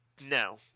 no